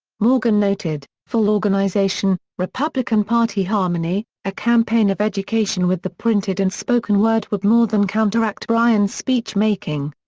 morgan noted, full organization, republican party harmony, a campaign of education with the printed and spoken word would more than counteract bryan's speechmaking.